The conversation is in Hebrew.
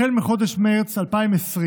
בחודש מרץ 2020,